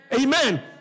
Amen